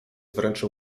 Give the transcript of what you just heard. wręczył